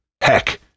Heck